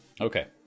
Okay